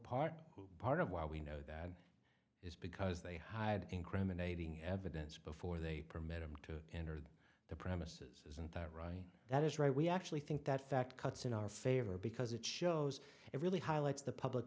part part of why we know that is because they hide incriminating evidence before they permit them to enter the the premises isn't that right that is right we actually think that fact cuts in our favor because it shows it really highlights the public